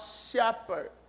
shepherd